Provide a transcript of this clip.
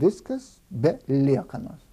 viskas be liekanos